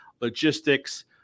logistics